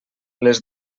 les